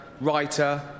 writer